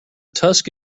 tusk